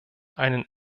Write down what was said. einen